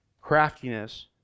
craftiness